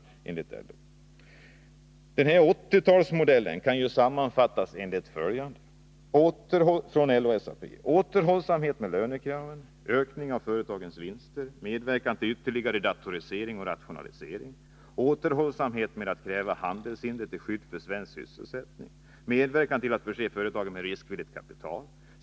Denna LO:s och SAP:s 80-talsmodell kan sammanfattas så här: återhållsamhet med att kräva handelshinder till skydd för svensk medverkan till att förse företagen med riskvilligt kapital.